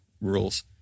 rules